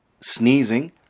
sneezing